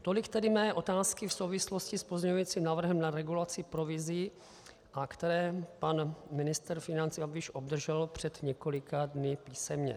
Tolik tedy mé otázky v souvislosti s pozměňovacím návrhem na regulaci provizí, které pan ministr financí Babiš obdržel před několika dny písemně.